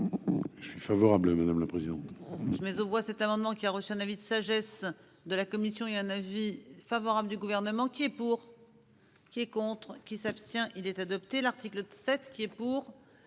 Je suis favorable. Madame la présidente. Je mets aux voix cet amendement qui a reçu un avis de sagesse de la commission et un avis favorable du gouvernement qui est pour. Qui est contre qui s'abstient il est adopté l'article 7 qui est pour.